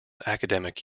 academic